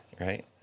Right